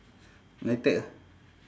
nitec ah